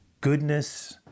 goodness